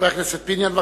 חבר הכנסת פיניאן,